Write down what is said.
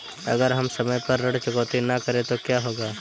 अगर हम समय पर ऋण चुकौती न करें तो क्या होगा?